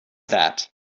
that